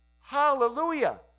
Hallelujah